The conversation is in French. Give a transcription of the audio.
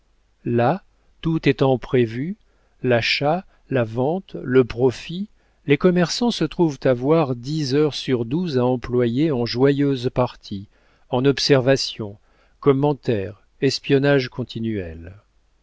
là tout étant prévu l'achat la vente le profit les commerçants se trouvent avoir dix heures sur douze à employer en joyeuses parties en observations commentaires espionnages continuels